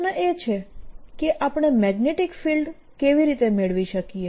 પ્રશ્ન એ છે કે આપણે મેગ્નેટીક ફીલ્ડ કેવી રીતે મેળવી શકીએ